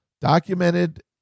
documented